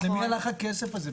למי הלך הכסף הזה?